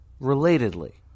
relatedly